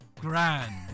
Grand